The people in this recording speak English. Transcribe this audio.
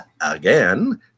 Again